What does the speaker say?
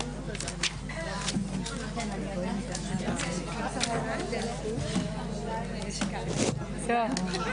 הישיבה ננעלה בשעה 13:20.